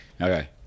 Okay